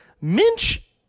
Minch